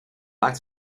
like